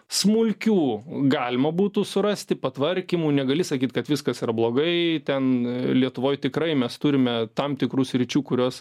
smulkių galima būtų surasti patvarkymų negali sakyt kad viskas yra blogai ten lietuvoj tikrai mes turime tam tikrų sričių kurios